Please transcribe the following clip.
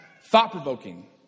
thought-provoking